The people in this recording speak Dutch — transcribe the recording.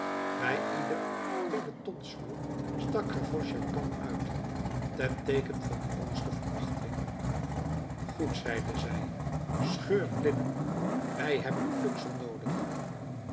bij ieder pelotonsvuur stak gavroche zijn tong uit ten teeken van de hoogste verachting goed zeide hij scheurt linnen wij hebben pluksel noodig